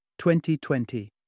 2020